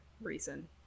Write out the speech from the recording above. reason